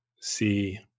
see